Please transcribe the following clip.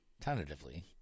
tentatively